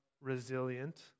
resilient